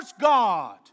God